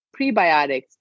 prebiotics